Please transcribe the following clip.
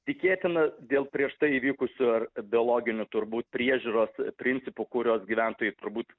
tikėtina dėl prieš tai įvykusių ar biologinių turbūt priežiūros principų kuriuos gyventojai turbūt